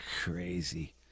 crazy